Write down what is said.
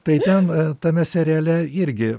tai ten tame seriale irgi